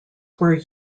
were